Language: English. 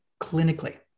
clinically